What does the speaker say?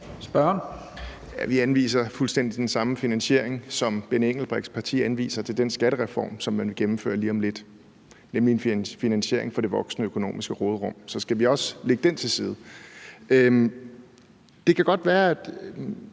(EL): Vi anviser fuldstændig den samme finansiering, som Benny Engelbrechts parti anviser til den skattereform, som man vil gennemføre lige om lidt, nemlig en finansiering gennem det voksende økonomiske råderum. Så skal vi ikke også lægge den til side? Det kan godt være, at